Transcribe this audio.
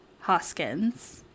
Hoskins